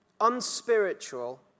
unspiritual